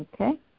Okay